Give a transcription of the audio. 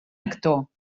actor